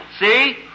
See